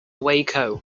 waco